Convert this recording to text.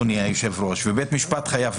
אם זה בכל מקרה חייב ובית משפט חייב,